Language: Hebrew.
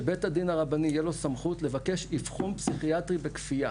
שבית הדין הרבני תהיה לו הסמכות לבקש אבחון פסיכיאטרי בכפייה.